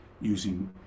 using